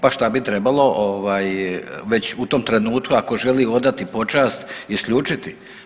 Pa šta bi trebalo već u tom trenutku ako želi odati počast isključiti?